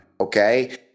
Okay